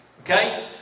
Okay